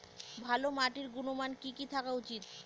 ভালো মাটির গুণমান কি কি থাকা উচিৎ?